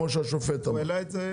כמו שהשופט אמר.